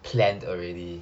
planned already